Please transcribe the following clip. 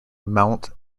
mount